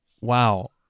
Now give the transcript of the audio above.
wow